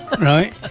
Right